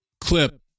clip